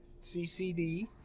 CCD